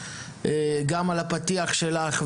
גם על הפתיח שלך,